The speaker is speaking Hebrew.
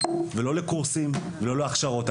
לא לקורסים ולא להכשרות.